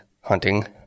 hunting